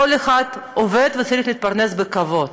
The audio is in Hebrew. כל אחד עובד וצריך להתפרנס בכבוד,